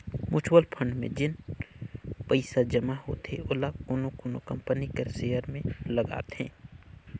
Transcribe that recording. mutual fund में जेन पइसा जमा होथे ओला कोनो कोनो कंपनी कर सेयर में लगाथे